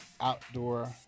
outdoor